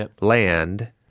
land